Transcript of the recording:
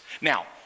Now